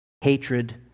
hatred